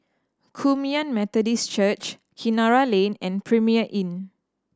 Kum Yan Methodist Church Kinara Lane and Premier Inn